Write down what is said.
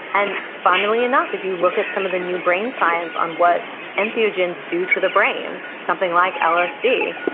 and funnily enough, if you look at some of the new brain science on what entheogens do to the brain, something like lsd,